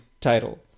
title